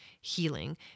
healing